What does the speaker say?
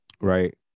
right